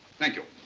thank you.